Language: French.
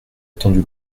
attendu